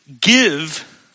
give